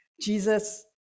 Jesus